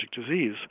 disease